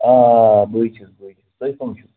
آ آ بٕے چھُس بٕے چھُس تُہۍ کٕم چھِو